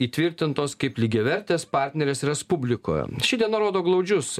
įtvirtintos kaip lygiavertės partnerės respublikoje ši diena rodo glaudžius